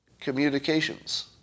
communications